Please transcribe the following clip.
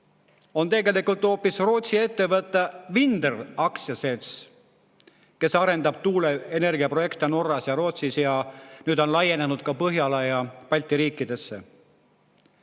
on tegelikult hoopis Rootsi ettevõte, aktsiaselts Vindr, kes arendab tuuleenergiaprojekte Norras ja Rootsis ning nüüd on laienenud ka Põhjala ja Balti riikidesse.